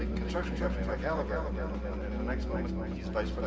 construction company like haliburton, and the next but next moment he's vice